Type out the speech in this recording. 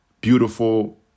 beautiful